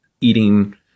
eating